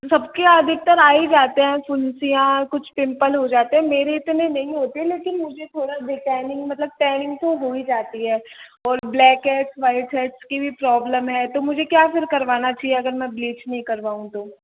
सबके अधिकतर आ ही जाते हैं फुंसिया कुछ पिम्पल हो जाते हैं मेरे इतने नहीं होते हैं लेकिन मुझे थोड़ा डेटेनिंग मतलब टैनिंग तो हो ही जाती है और ब्लैक हैड्स व्हाइट हैड्स की भी प्रॉबलम है तो मुझे क्या फिर करवाना चाहिए अगर मैं ब्लीच नहीं करवाऊं तो